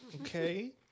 okay